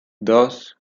dos